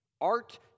Art